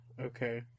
okay